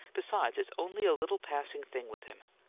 besides, it's only a little passing thing with him.